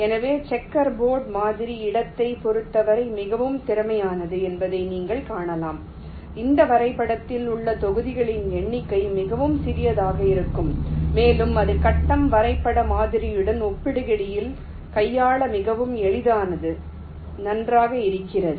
எனவே checker board மாதிரி இடத்தைப் பொறுத்தவரை மிகவும் திறமையானது என்பதை நீங்கள் காணலாம் இந்த வரைபடத்தில் உள்ள செங்குத்துகளின் எண்ணிக்கை மிகவும் சிறியதாக இருக்கும் மேலும் இது கட்டம் வரைபட மாதிரியுடன் ஒப்பிடுகையில் கையாள மிகவும் எளிதானது நன்றாக இருக்கிறது